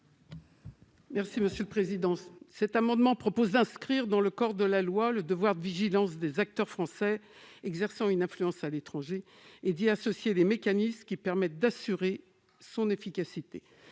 Mme Raymonde Poncet Monge. Cet amendement vise à inscrire dans le corps de la loi le devoir de vigilance des acteurs français exerçant une influence à l'étranger, et à y associer les mécanismes qui permettent d'assurer son efficacité.